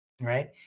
right